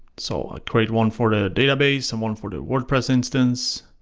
so ah create one for the database and one for the wordpress instance.